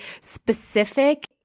specific